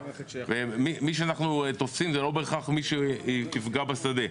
מי שאנחנו תופסים הוא לא בהכרח מי שיפגע בשדה.